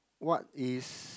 what is